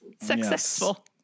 Successful